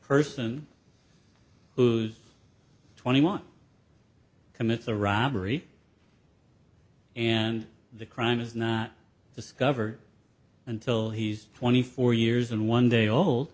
person who's twenty one commits a robbery and the crime is not discovered until he's twenty four years and one day old